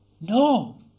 No